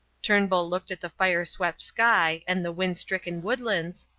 turnbull looked at the fire-swept sky and the wind-stricken woodlands,